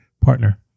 partner